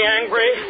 angry